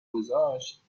گذاشت